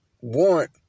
want